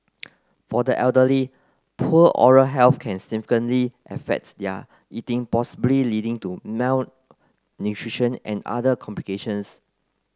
for the elderly poor oral health can significantly affect their eating possibly leading to malnutrition and other complications